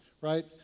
right